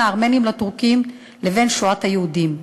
הארמנים לטורקים ובין שואת היהודים.